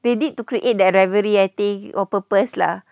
they need to create that rivalry I think on purpose lah